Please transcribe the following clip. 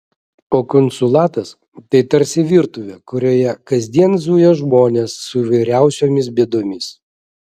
o konsulatas tai tarsi virtuvė kurioje kasdien zuja žmonės su įvairiausiomis bėdomis